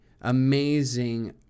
amazing